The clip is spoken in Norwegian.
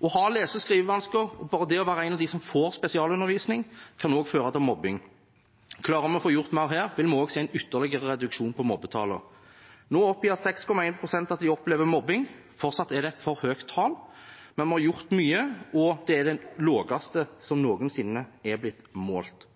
Å ha lese- og skrivevansker, bare det å være en av dem som får spesialundervisning, kan også føre til mobbing. Klarer vi å få gjort mer her, vil vi også se en ytterligere reduksjon på mobbetallene. Nå oppgir 6,1 pst. at de opplever mobbing. Fortsatt er det et for høyt tall, men vi har gjort mye, og det er det laveste som noensinne er blitt målt.